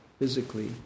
physically